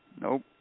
nope